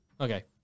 Okay